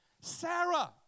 Sarah